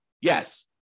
Yes